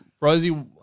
Rosie